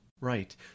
Right